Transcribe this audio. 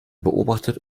beobachtet